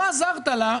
לא עזרת לה.